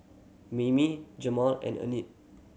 Mammie Jamaal and Enid